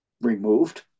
removed